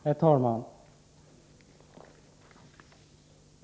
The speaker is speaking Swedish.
Herr talman!